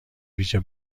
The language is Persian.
ویژه